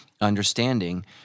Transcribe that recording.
understanding